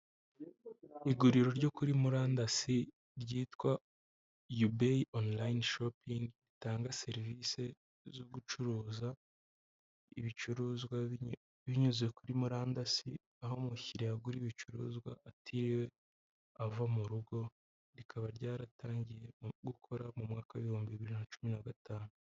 Iguriro ryo kuri murandasi ryitwa yubey online shopling ritanga serivisi zo gucuruza ibicuruzwa binyuze kuri murandasi aho umukiriya yagura ibicuruzwa atiriwe ava mu rugo rikaba ryaratangiye gukora mu mwaka ibihumbi bibiri nacumi na gatanu.